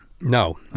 no